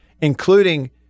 including